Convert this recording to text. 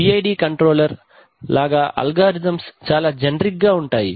PID control లాగా algorithms చాలా generic సాధారణం గా ఉంటాయి